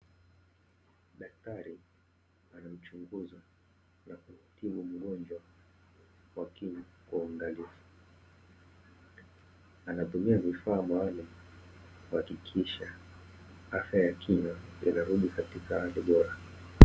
Daktari anamchunguza na kumtibu mgonjwa kwa kina, kwa uangalifu, anatumia vifaa maalumu kuhakikisha afya ya kinywa inarudi katika hali bora.